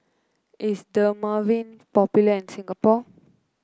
is Dermaveen popular in Singapore